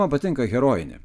man patinka herojinė